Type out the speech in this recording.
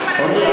אורלי,